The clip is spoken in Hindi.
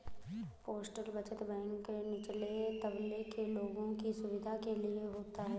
पोस्टल बचत बैंक निचले तबके के लोगों की सुविधा के लिए होता है